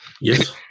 Yes